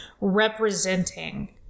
representing